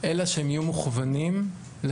אלא שהם יהיו מוכוונים לתלמיד.